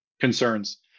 concerns